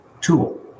tool